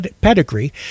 pedigree